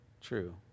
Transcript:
true